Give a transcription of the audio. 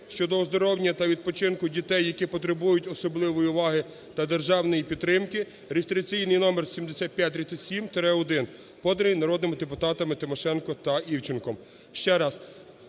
щодо оздоровлення та відпочинку дітей, які потребують особливої уваги та державної підтримки (реєстраційний номер 7537-1), поданий народними депутатами Тимошенко та Івченком.